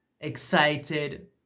excited